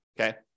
okay